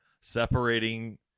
separating